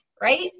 Right